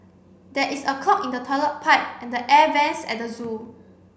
there is a clog in the toilet pipe and the air vents at the zoo